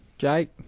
Jake